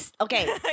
Okay